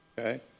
Okay